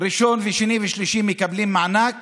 ראשון ושני ושלישי מקבלים מענק